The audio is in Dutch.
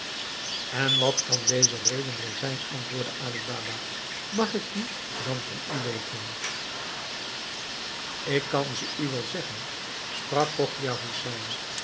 en wat kan deze reden wel zijn antwoordde ali baba mag ik die dan van u weten ik kan ze u wel zeggen sprak chogia hoesein